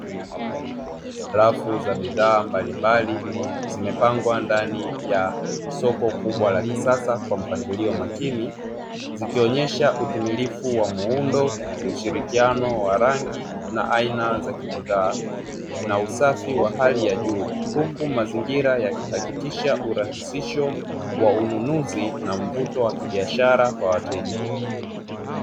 Rafu za bidhaa mbalimbali zimepangwa ndani ya soko kubwa la kisasa kwa mpangilio makini, zikionesha utimilifu wa muundo, ushirikiano wa rangi na aina za kibidhaa na usafi wa hali ya juu; huku mazingira yakihakikisha urahisisho wa ununuzi na mvuto wa kibiashara kwa wateja.